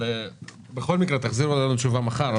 בכל מקרה תחזירו לנו תשובה מחר,